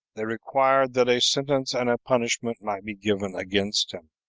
they required that a sentence and a punishment might be given against him.